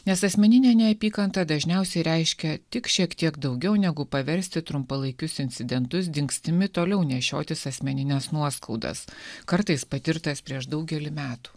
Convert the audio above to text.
nes asmeninė neapykanta dažniausiai reiškia tik šiek tiek daugiau negu paversti trumpalaikius incidentus dingstimi toliau nešiotis asmenines nuoskaudas kartais patirtas prieš daugelį metų